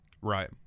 Right